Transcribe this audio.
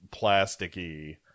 plasticky